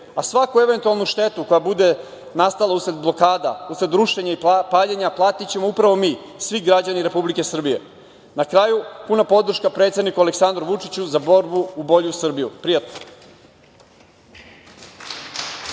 a svaku eventualnu štetu koja bude nastala usled blokada, usled rušenja i paljenja platićemo upravo mi, svi građani Republike Srbije. Na kraju, puna podrška predsedniku Aleksandru Vučiću za borbu u bolju Srbiju. Prijatno.